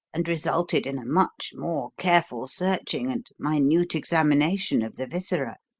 and resulted in a much more careful searching, and minute examination of the viscera.